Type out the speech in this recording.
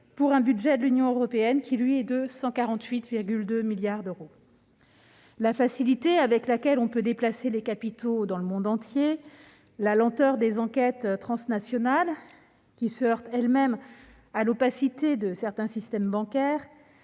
pour un budget de l'Union européenne de 148,2 milliards d'euros. La facilité avec laquelle on peut déplacer les capitaux dans le monde entier et la lenteur des enquêtes transnationales, qui se heurtent elles-mêmes à l'opacité de certains systèmes bancaires,